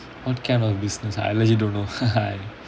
what kind of business I legit don't know